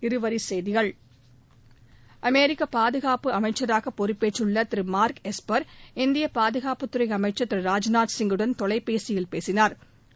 இருவரி செய்திகள் அமெிக்க பாதுகாப்பு அமைச்சராக பொறுப்பேற்றுள்ள திரு மார்க் எக்ஸ்பர் இந்திய பாதுகாப்புத் துறை அமைச்சா் திரு ராஜ்நாத் சிங்குடன் தொலைபேசியில் பேசினாா்